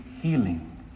healing